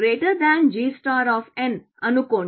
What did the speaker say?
gg అనుకోండి